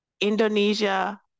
Indonesia